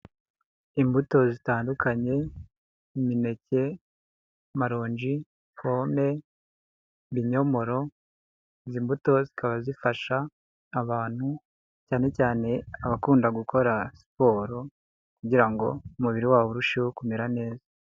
Imbuto zitandukanye, imineke, amaronji, pome, ibinyomoro, izi mbuto zikaba zifasha abantu cyane cyane abakunda gukora siporo, kugira ngo umubiri wabo urusheho kumera neza.